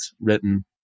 written